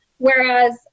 whereas